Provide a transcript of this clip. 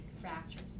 fractures